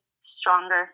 stronger